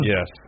Yes